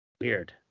Weird